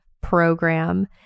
program